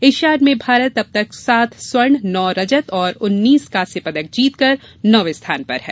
Asiad में भारत ने अब तक सात स्वर्ण नौ रजत और उन्नीस कांस्य पदक जीत कर नौवे स्थान पर है